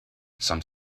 some